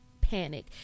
panic